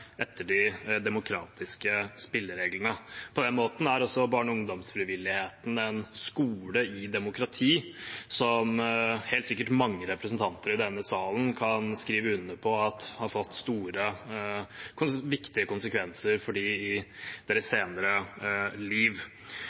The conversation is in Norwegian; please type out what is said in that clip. etter de demokratiske spillereglene. På den måten er også barne- og ungdomsfrivilligheten en skole i demokrati som mange representanter i denne salen helt sikkert kan skrive under på at har fått store, viktige konsekvenser for dem i deres senere liv.